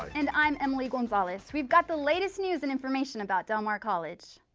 and i'm emily gonzalez. we've got the latest news and information about del mar college.